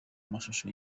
mashusho